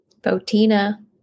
Botina